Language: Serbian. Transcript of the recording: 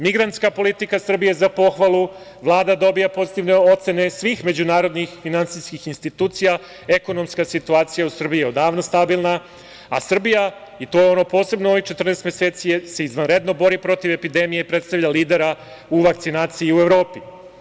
Migrantska politika Srbije, za pohvalu, Vlada dobija pozitivne ocene svih međunarodnih finansijskih institucija, ekonomska situacija u Srbiji je odavno stabilna, a Srbija, i to posebno ovih 14 meseci se izvanredno bori protiv epidemije i predstavlja lidera u vakcinaciji u Evropi.